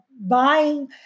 buying